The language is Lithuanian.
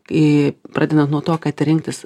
tai pradedant nuo to kad rinktis